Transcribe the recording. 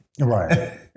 Right